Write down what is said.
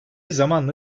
zamanla